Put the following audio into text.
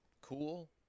cool